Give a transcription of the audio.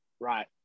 Right